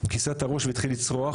כיסה את הראש והתחיל לצרוח.